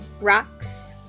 rocks